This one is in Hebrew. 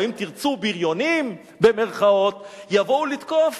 או אם תרצו "בריונים" יבואו לתקוף,